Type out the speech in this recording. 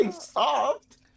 soft